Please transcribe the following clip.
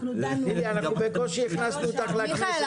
בקושי הכנסנו אותך לכנסת.